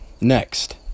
Next